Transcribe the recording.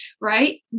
right